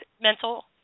mental